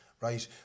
right